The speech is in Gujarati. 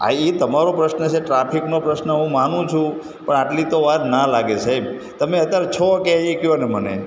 હા એ તમારો પ્રશ્ન છે ટ્રાફિકનો પ્રશ્ન હું માનું છું પણ આટલી તો વાર ન લાગે સાહેબ તમે અત્યારે છો ક્યાં એ કહો ને મને